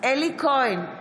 אלי כהן,